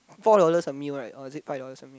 four dollars a meal right or is it five dollars a meal